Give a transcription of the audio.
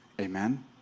amen